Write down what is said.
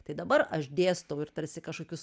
tai dabar aš dėstau ir tarsi kažkokius